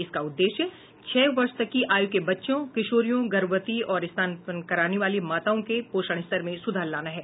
इसका उद्देश्य छह वर्ष तक की आयु के बच्चों किशोरियों गर्भवती और स्तनपान कराने वाली माताओं के पोषण स्तर में सुधार लाना है